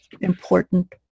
important